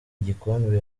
igikombe